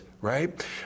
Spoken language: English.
right